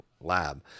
lab